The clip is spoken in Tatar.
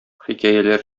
хикәяләр